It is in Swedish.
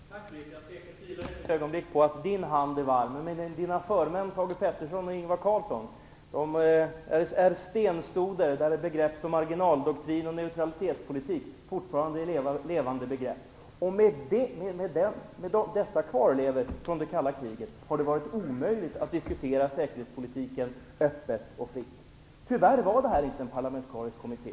Fru talman! Jag tvekar inte ett ögonblick på att Britt Bohlins hand är varm. Men hennes förmän Thage Peterson och Ingvar Carlsson är stenstoder där begrepp som marginaldoktrin och neutralitetspolitik fortfarande är levande. Med dessa kvarlevor från det kalla kriget har det varit omöjligt att diskutera säkerhetspolitiken öppet och fritt. Tyvärr var inte detta en parlamentarisk kommitté.